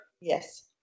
Yes